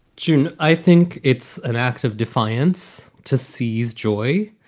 june i think it's an act of defiance to seize joy.